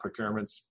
procurements